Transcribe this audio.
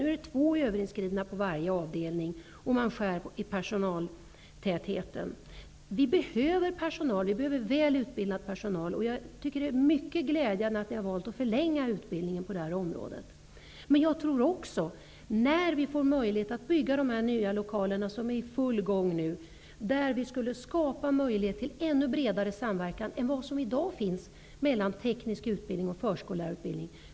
Nu är två barn överinskrivna på varje avdelning, och man skär i personaltätheten. Men vi behöver personal och väl utbildad personal. Det är mycket glädjande att man har valt att förlänga utbildningen på detta område. Men när vi får möjlighet att utnyttja de nya lokalerna -- bygget är nu i full gång -- kan vi skapa en ännu bredare samverkan än som i dag är fallet mellan teknisk utbildning och förskollärarutbildning.